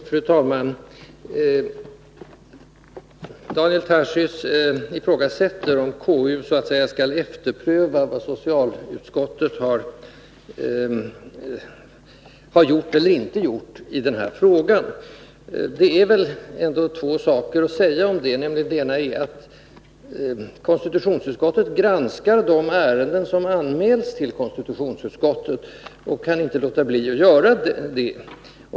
Fru talman! Daniel Tarschys ifrågasätter om konstitutionsutskottet så att säga skall överpröva vad socialutskottet har gjort eller inte gjort i den här frågan. Det är väl ändå två saker att säga om det. Den ena är att konstitutionsutskottet granskar de ärenden som anmäls till utskottet och inte kan låta bli att göra det.